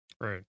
Right